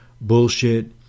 bullshit